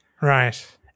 right